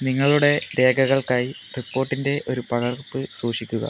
നിങ്ങളുടേ രേഖകൾക്കായി റിപ്പോർട്ടിൻ്റെ ഒരു പകർപ്പ് സൂക്ഷിക്കുക